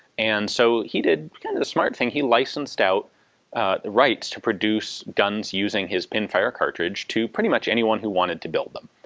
and so he did kind of the smart thing, he licensed out rights to produce guns using his pinfire cartridge to pretty much anyone who wanted to build them.